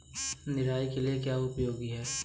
निराई के लिए क्या उपयोगी है?